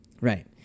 Right